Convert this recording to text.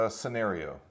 scenario